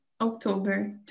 October